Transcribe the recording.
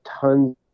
tons